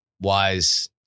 wise